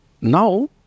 now